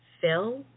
Fill